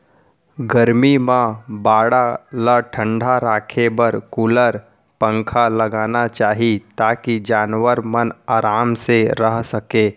गरमी म बाड़ा ल ठंडा राखे बर कूलर, पंखा लगाना चाही ताकि जानवर मन आराम से रह सकें